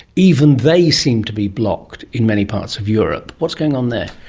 even they seem to be blocked in many parts of europe. what's going on there?